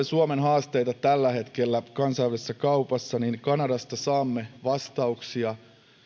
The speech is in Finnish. suomen haasteita tällä hetkellä kansainvälisessä kaupassa kanadasta saamme vastauksia ja